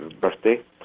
birthday